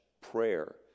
prayer